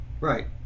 Right